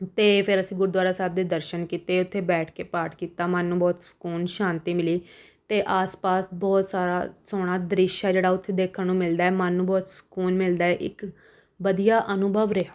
ਅਤੇ ਫਿਰ ਅਸੀਂ ਗੁਰਦੁਆਰਾ ਸਾਹਿਬ ਦੇ ਦਰਸ਼ਨ ਕੀਤੇ ਉੱਥੇ ਬੈਠ ਕੇ ਪਾਠ ਕੀਤਾ ਮਨ ਨੂੰ ਬਹੁਤ ਸਕੂਨ ਸ਼ਾਂਤੀ ਮਿਲੀ ਅਤੇ ਆਸ ਪਾਸ ਬਹੁਤ ਸਾਰਾ ਸੋਹਣਾ ਦ੍ਰਿਸ਼ ਹੈ ਜਿਹੜਾ ਉੱਥੇ ਦੇਖਣ ਨੂੰ ਮਿਲਦਾ ਹੈ ਮਨ ਨੂੰ ਬਹੁਤ ਸਕੂਨ ਮਿਲਦਾ ਇੱਕ ਵਧੀਆ ਅਨੁਭਵ ਰਿਹਾ